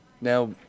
Now